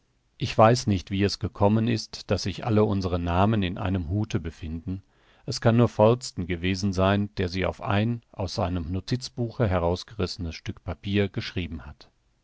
ich weiß nicht wie es gekommen ist daß sich alle unsere namen in einem hute befinden es kann nur falsten gewesen sein der sie auf ein aus seinem notizbuche herausgerissenes stück papier geschrieben hat